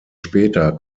später